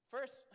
First